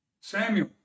Samuel